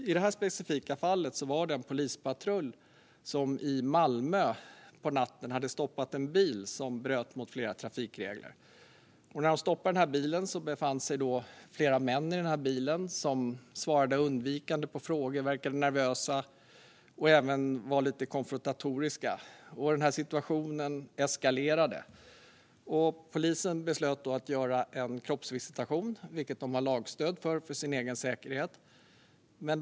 I det här specifika fallet var det en polispatrull i Malmö som på natten hade stoppat en bil som bröt mot flera trafikregler. I bilen befann sig flera män som svarade undvikande på frågor, verkade nervösa och även var lite konfrontatoriska. Situationen eskalerade, och poliserna beslöt då att göra en kroppsvisitation, något de för sin egen säkerhet har lagstöd för.